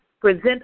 present